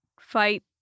fight